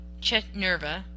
Chetnerva